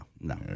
no